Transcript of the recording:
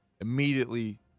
immediately